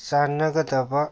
ꯆꯥꯟꯅꯕꯗꯕ